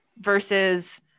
versus